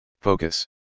focus